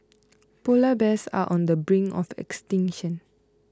Polar Bears are on the brink of extinction